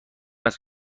است